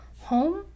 Home